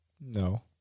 No